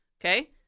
Okay